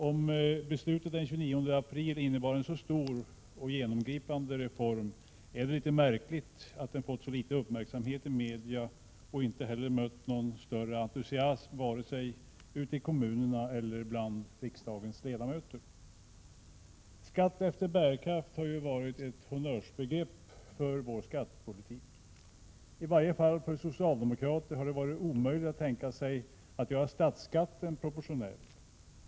Om nu beslutet den 29 april innebar en så stor och genomgripande reform är det litet märkligt att den har fått så liten uppmärksamhet i media och inte heller mött någon större entusiasm vare sig ute i kommunerna eller bland riksdagens ledamöter. ”Skatt efter bärkraft” har varit ett honnörsbegrepp för vår skattepolitik. I varje fall för socialdemokraterna har det varit omöjligt att tänka sig att göra statsskatten proportionell.